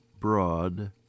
broad